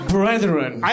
Brethren